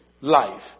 life